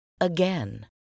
again